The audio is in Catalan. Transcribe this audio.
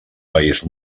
país